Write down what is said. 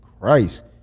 Christ